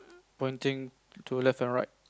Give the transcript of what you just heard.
pointing to left and right